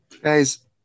Guys